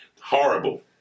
Horrible